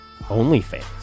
OnlyFans